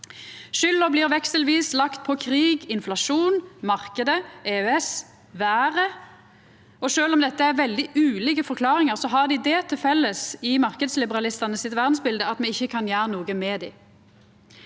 Skulda blir vekselvis lagt på krig, inflasjon, marknaden, EØS, veret. Og sjølv om dette er veldig ulike forklaringar, har dei det til felles i marknadsliberalistane sitt verdsbilete at me ikkje kan gjera noko med dei.